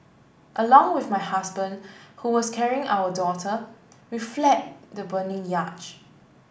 along with my husband who was carrying our daughter we fled the burning yacht